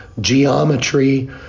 geometry